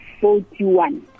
forty-one